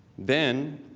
then,